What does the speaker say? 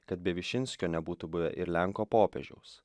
kad be višinskio nebūtų buvę ir lenko popiežiaus